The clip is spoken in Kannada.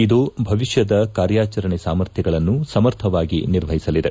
ಇದು ಭವಿಷ್ಯದ ಕಾರ್ಯಾಚರಣೆ ಸಾಮರ್ಥ್ಯಗಳನ್ನು ಸಮರ್ಥವಾಗಿ ನಿರ್ವಹಿಸಲಿದೆ